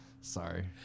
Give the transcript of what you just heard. sorry